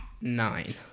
Nine